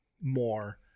more